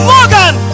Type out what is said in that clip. Morgan